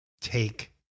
take